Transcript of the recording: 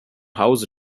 house